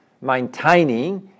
maintaining